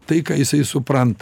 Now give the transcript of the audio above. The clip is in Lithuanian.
tai ką jisai suprant